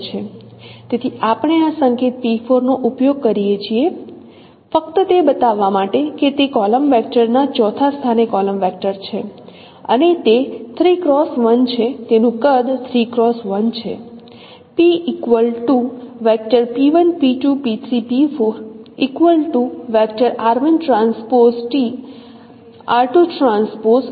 તેથી આપણે આ સંકેત p4 નો ઉપયોગ કરીએ છીએ ફક્ત તે બતાવવા માટે કે તે કોલમ વેક્ટરના ચોથા સ્થાને કોલમ વેક્ટર છે અને તે 3 x 1 છે તેનું કદ 3 x 1 છે